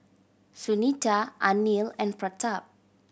Sunita Anil and Pratap